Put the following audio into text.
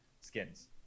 skins